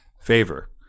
favor